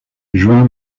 juin